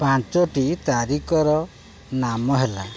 ପାଞ୍ଚଟି ତାରିଖର ନାମ ହେଲା